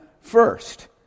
first